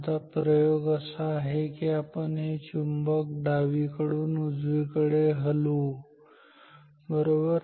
आता प्रयोग असा आहे की आपण हे चुंबक डावीकडून उजवीकडे हलवू बरोबर